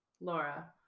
Laura